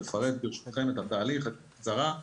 לפרט ברשותכם את התהליך בקצרה.